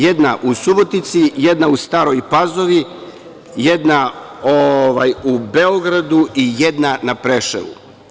Jedna u Subotici, jedna u Staroj Pazovi, jedna u Beogradu i jedna na Preševu.